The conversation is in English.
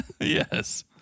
Yes